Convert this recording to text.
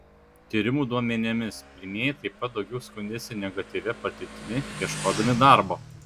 tyrimų duomenimis pirmieji taip pat daugiau skundėsi negatyvia patirtimi ieškodami darbo